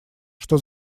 что